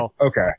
okay